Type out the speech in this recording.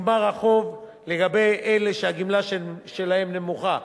נגמר החוב לגבי אלה שהגמלה שלכם נמוכה.